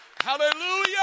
Hallelujah